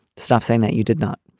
stop saying that. you did not.